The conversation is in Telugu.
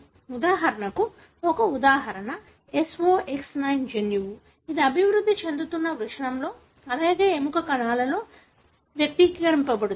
ఉదాహరణకు ఒక ఉదాహరణ SOX9 జన్యువు ఇది అభివృద్ధి చెందుతున్న వృషణంలో అలాగే ఎముక కణాలలో వ్యక్తీకరించబడుతుంది